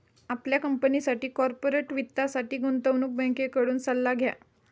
आपल्या कंपनीसाठी कॉर्पोरेट वित्तासाठी गुंतवणूक बँकेकडून सल्ला घ्या